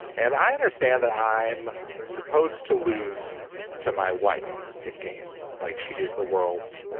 and i understand that i'm supposed to lose to my wife at games like she is the world's.